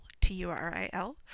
t-u-r-i-l